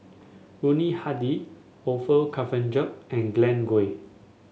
Yuni Hadi Orfeur Cavenagh and Glen Goei